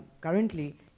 currently